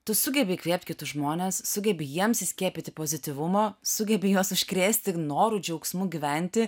tu sugebi įkvėpt kitus žmones sugebi jiems įskiepyti pozityvumo sugebi juos užkrėsti noru džiaugsmu gyventi